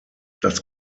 das